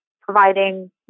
providing